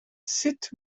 sut